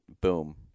boom